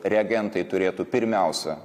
reagentai turėtų pirmiausia